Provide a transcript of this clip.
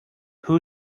who